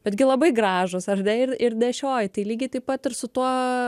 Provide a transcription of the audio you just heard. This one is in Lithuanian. betgi labai gražūs ar ne ir ir nešioji tai lygiai taip pat ir su tuo